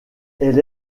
elle